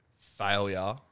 failure